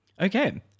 Okay